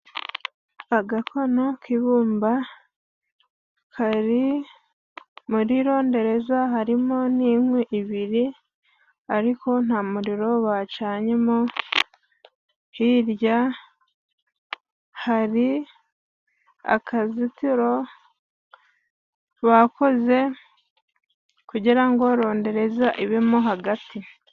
Agakono k'ibumba kari muri rondereza harimo n'inkwi ibiri ariko nta muriro bacanyemo. Hirya, hari akazitiro bakoze kugira ngo rondereza ibemo hagati.